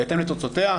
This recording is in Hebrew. בהתאם לתוצאותיה,